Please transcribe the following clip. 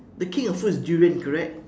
the king of fruits is durian correct